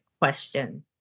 question